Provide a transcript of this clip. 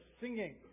singing